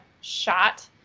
shot